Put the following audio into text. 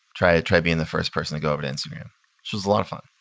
try try being the first person to go over to instagram? she was a lot of fun.